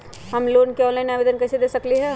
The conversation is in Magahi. हम लोन के ऑनलाइन आवेदन कईसे दे सकलई ह?